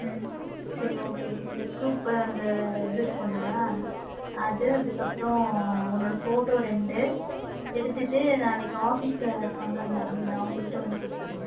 ம் சரி ஓகே ப்ளெட் குரூப் அந்த இது இருக்கும் இல்லையா அது அதுக்கப்புறம் உன்னோட ஃபோட்டோ ரெண்டு எடுத்துகிட்டு நாளைக்கு ஆஃபிஸில் இருப்பங்கள்ல அந்த அட்மின் அவங்க கிட்ட வந்து கொடுத்துரு